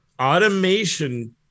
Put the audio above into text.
automation